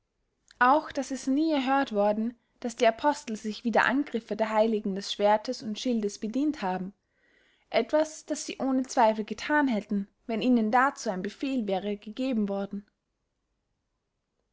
auch daß es nie erhört worden daß die apostel sich wider angriffe der heiligen des schwerdtes und schildes bedient haben etwas das sie ohne zweifel gethan hätten wenn ihnen dazu ein befehl wäre gegeben worden